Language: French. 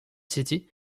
city